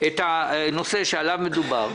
את הנושא שעליו מדובר.